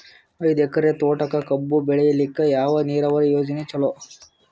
ಐದು ಎಕರೆ ತೋಟಕ ಕಬ್ಬು ಬೆಳೆಯಲಿಕ ಯಾವ ನೀರಾವರಿ ಯೋಜನೆ ಚಲೋ?